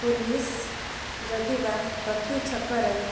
police ଯଦି ବା ପ୍ରତି ଛକରେ